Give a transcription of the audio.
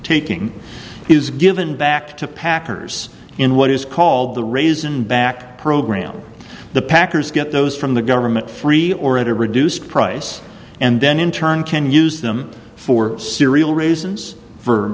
taking is given back to packer's in what is called the raise in back program the packers get those from the government free or at a reduced price and then in turn can use them for serial reasons